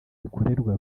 rikorerwa